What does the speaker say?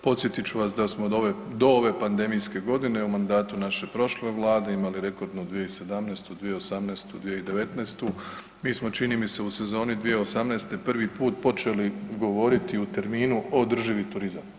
Podsjetit ću vas da smo do ove pandemijske godine u mandatu naše prošle vlade imali rekordnu 2017., 2018., 2019., mi smo čini mi se u sezoni 2018. prvi put počeli govoriti u terminu održivi turizam.